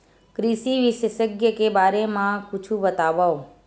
कृषि विशेषज्ञ के बारे मा कुछु बतावव?